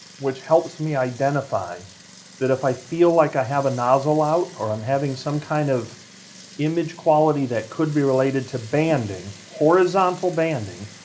which helps me identify that if i feel like i have a nozzle out, or i'm having some kind of image quality that could be related to banding, horizontal banding,